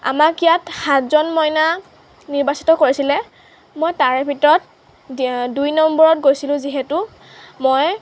আমাক আমাক ইয়াত সাতজন মইনা নিৰ্বাচিত কৰিছিলে মই তাৰে ভিতৰত দুই নম্বৰত গৈছিলোঁ যিহেতু মই